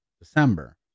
December